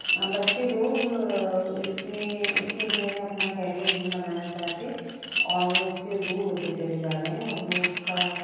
بچے لوگ اس میں اس میں جو ہے اپنا کیریئر نہیں بنانا چاہتے اور وہ اس سے دور ہوتے چلے جا رہے ہیں اور وہ اس کا